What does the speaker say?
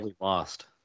lost